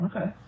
Okay